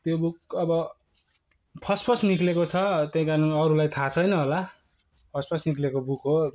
त्यो बुक अब first first निक्लेको छ त्यही कारणले अरूलाई थाह छैन होला फर्स्ट फर्स्ट निक्लिएको बुक हो